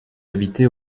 habité